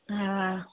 हा